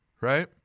right